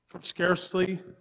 Scarcely